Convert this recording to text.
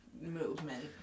movement